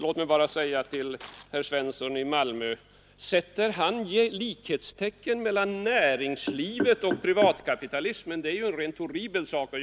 Låt mig till herr Svensson i Malmö bara ställa frågan: Sätter herr Svensson likhetstecken mellan näringslivet och privatkapitalismen? Det är ju rent horribelt.